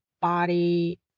body